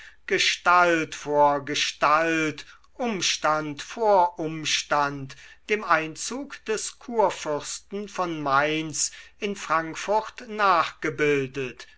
gestalt vor gestalt umstand vor umstand dem einzug des kurfürsten von mainz in frankfurt nachgebildet